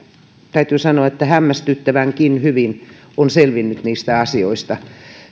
täytyy sanoa että hämmästyttävänkin hyvin on selvinnyt niistä asioista